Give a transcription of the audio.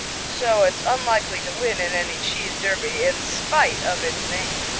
so it's unlikely to win in any cheese derby in spite of its name.